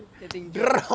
the thing drop